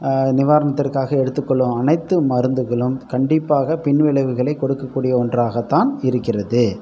நிவாரணத்திற்காக எடுத்துகொள்ளும் அனைத்து மருந்துகளும் கண்டிப்பாக பின்விளைவுகளை கொடுக்கக்கூடியதாக ஒன்றாக தான் இருக்கின்றது